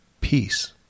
peace